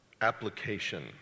application